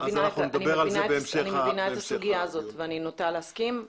אני מבינה את הסוגיה ואני נוטה להסכים.